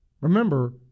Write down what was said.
Remember